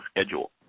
schedule